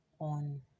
on